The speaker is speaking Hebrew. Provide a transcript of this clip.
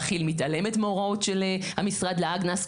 כי"ל מתעלמת מההוראות של המשרד להגנ"ס,